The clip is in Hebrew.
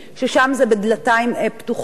ששם זה בדלתיים פתוחות,